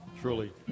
Truly